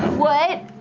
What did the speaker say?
what?